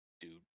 dude